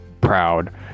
proud